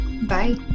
Bye